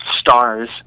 stars